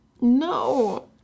No